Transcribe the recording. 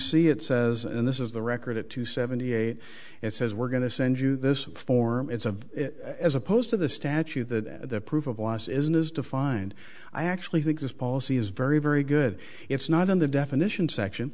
see it says and this is the record it to seventy eight it says we're going to send you this form it's a as opposed to the statute that the proof of us isn't is defined i actually think this policy is very very good it's not in the definition section